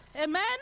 Amen